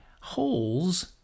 holes